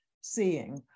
seeing